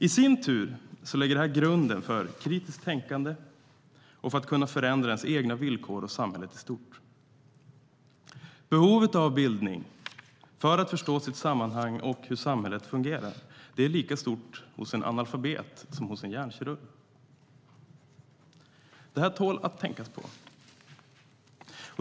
I sin tur lägger detta grunden för kritiskt tänkande och för att kunna förändra ens villkor och samhället i stort. Behovet av bildning för att förstå sitt sammanhang och hur samhället fungerar är lika stort hos en analfabet som hos en hjärnkirurg. Detta tål att tänka på.